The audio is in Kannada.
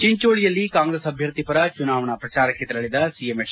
ಚಿಂಚೋಳಿಯಲ್ಲಿ ಕಾಂಗ್ರೆಸ್ ಅಭ್ಯರ್ಥಿ ಪರ ಚುನಾವಣಾ ಪ್ರಜಾರಕ್ಕೆ ತೆರಳಿದ ಸಿಎಂ ಎಚ್